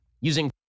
using